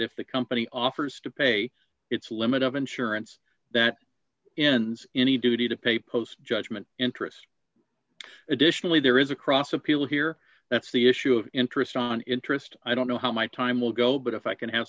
if the company offers to pay its limit of insurance that ends any duty to pay post judgment interest additionally there is a cross appeal here that's the issue of interest on interest i don't know how my time will go but if i can have